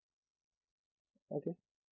okay